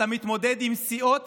אתה מתמודד עם סיעות